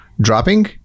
dropping